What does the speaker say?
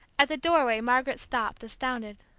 at the doorway margaret stopped, astounded.